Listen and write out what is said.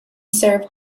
served